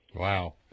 Wow